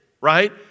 right